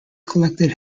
collected